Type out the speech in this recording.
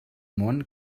món